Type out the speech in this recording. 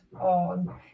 on